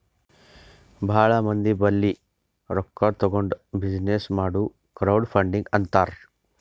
ಭಾಳ ಮಂದಿ ಬಲ್ಲಿ ರೊಕ್ಕಾ ತಗೊಂಡ್ ಬಿಸಿನ್ನೆಸ್ ಮಾಡುರ್ ಕ್ರೌಡ್ ಫಂಡಿಂಗ್ ಅಂತಾರ್